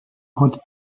hot